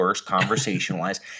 conversation-wise